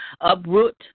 uproot